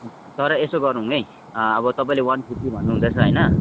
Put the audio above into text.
तर यसो गरौँ है अब तपाईँले वान फिफ्टी भन्नु हुँदैछ होइन